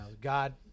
god